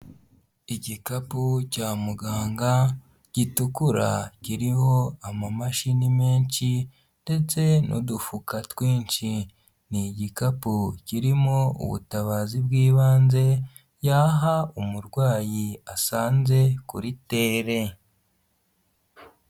Kgikapu cya muganga gitukura kiriho amamashini menshi ndetse n'udufuka twinshi. Ni igikapu kirimo ubutabazi bw'ibanze yaha umurwayi asanze kuri terre.